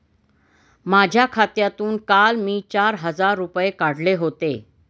माझ्या खात्यातून काल मी चार हजार रुपये काढले होते